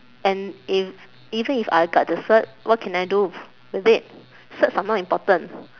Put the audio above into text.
and if even if I got the cert what can I do with it certs are not important